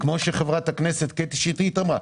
כפי שחברת הכנסת קטי שטרית אמרה,